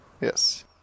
Yes